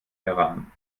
iran